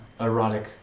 erotic